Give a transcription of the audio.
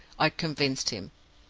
i convinced him.